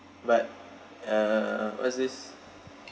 but uh what's this